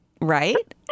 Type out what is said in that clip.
right